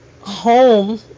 Home